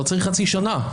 לא צריך חצי שנה.